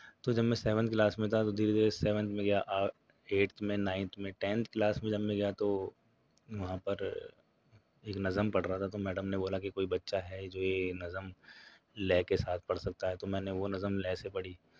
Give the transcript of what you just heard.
تو جب میں سیونتھ کلاس میں تھا تو دھیرے دھیرے سیونتھ میں گیا ایٹتھ میں نائنتھ میں ٹینتھ کلاس میں جب میں گیا تو وہاں پر ایک نظم پڑھ رہا تھا تو میڈم نے بولا کہ کوئی بچہ ہے جو یہ نظم لے کے ساتھ پڑھ سکتا ہے تو میں نے وہ نظم لے سے پڑھی